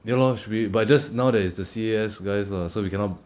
ya lor should be but just now there is the C_A_S guys lah so we cannot